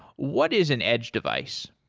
what is an edge device?